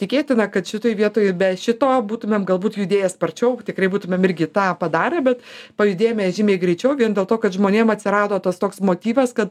tikėtina kad šitoj vietoj be šito būtumėm galbūt judėję sparčiau tikrai būtumėm irgi tą padarę bet pajudėjome žymiai greičiau vien dėl to kad žmonėm atsirado tas toks motyvas kad